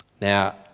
Now